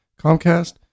comcast